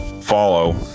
follow